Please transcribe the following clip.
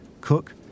Cook